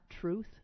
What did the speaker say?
truth